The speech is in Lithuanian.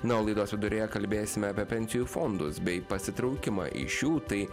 na o laidos viduryje kalbėsime apie pensijų fondus bei pasitraukimą iš jų tai